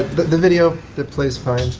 but the video that plays fine.